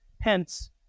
Hence